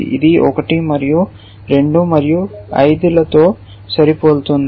ఇది 1 మరియు 2 మరియు 5 లతో సరిపోలుతోంది